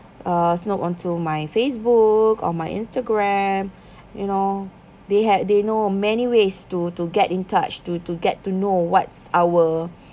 uh snob onto my facebook or my instagram you know they had they know many ways to to get in touch to to get to know what's our